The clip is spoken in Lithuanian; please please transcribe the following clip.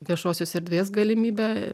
viešosios erdvės galimybę